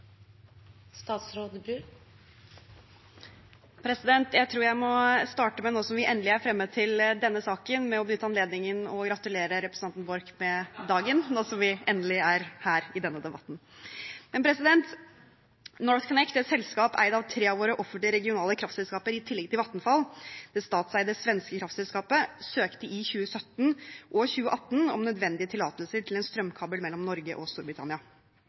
til denne saken, må jeg benytte anledningen til å gratulere representanten Borch med dagen. NorthConnect, et selskap eid av tre av våre offentlige regionale kraftselskaper i tillegg til Vattenfall, det statseide svenske kraftselskapet, søkte i 2017 og 2018 om nødvendige tillatelser til en strømkabel mellom Norge og Storbritannia.